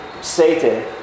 Satan